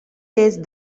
laced